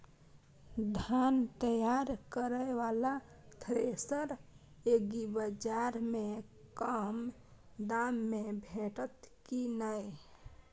धान तैयार करय वाला थ्रेसर एग्रीबाजार में कम दाम में भेटत की नय?